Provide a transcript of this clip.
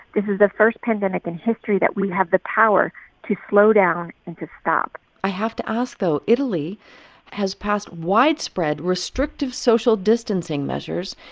this is the first pandemic in history that we have the power to slow down and to stop i have to ask, though italy has passed widespread restrictive social distancing measures.